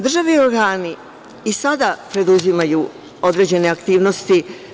Državni organi i sada preduzimaju određene aktivnosti.